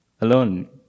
alone